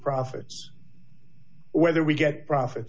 profits whether we get profits